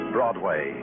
Broadway